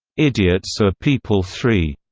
idiots are people three,